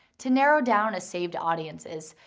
to narrow down a saved audiences,